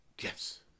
Yes